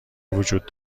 وجود